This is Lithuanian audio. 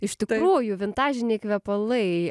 iš tikrųjų vintažiniai kvepalai